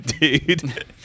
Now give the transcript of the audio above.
Dude